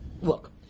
Look